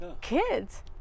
kids